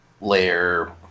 layer